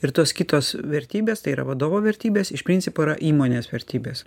ir tos kitos vertybės tai yra vadovo vertybės iš principo yra įmonės vertybės